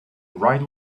wright